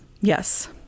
Yes